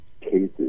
cases